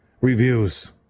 reviews